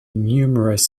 numerous